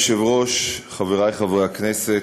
אדוני היושב-ראש, חברי חברי הכנסת,